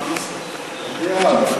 מליאה.